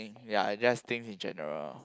ya I just think with general